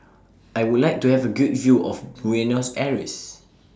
I Would like to Have A Good View of Buenos Aires